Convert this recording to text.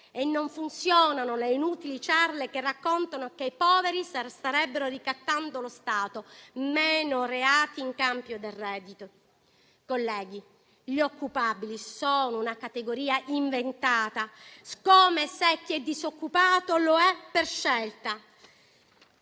e non funzionano le inutili ciarle che raccontano che i poveri starebbero ricattando lo Stato, meno reati in cambio del reddito. Colleghi, gli occupabili sono una categoria inventata, come se chi è disoccupato lo fosse per scelta.